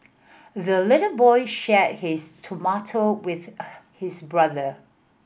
the little boy shared his tomato with her his brother